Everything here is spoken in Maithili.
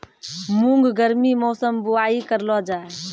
मूंग गर्मी मौसम बुवाई करलो जा?